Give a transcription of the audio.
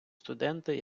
студенти